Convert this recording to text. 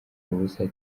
ubusa